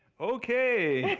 okay!